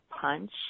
punch